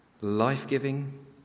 life-giving